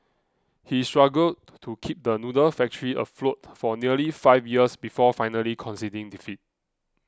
he struggled to keep the noodle factory afloat for nearly five years before finally conceding defeat